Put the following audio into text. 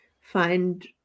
find